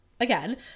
again